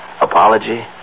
apology